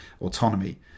autonomy